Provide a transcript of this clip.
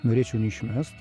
norėčiau neišmest